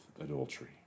adultery